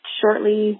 shortly